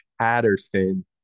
Patterson